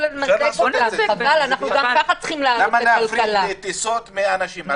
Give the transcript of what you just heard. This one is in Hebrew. למה להפריד טיסות מאנשים?